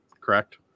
correct